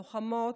לוחמות,